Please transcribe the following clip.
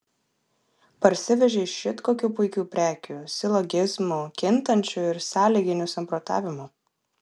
parsivežei šit kokių puikių prekių silogizmų kintančių ir sąlyginių samprotavimų